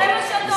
זה מה שאתה אומר.